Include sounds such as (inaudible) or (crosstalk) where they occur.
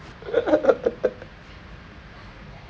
(laughs)